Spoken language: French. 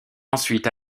ensuite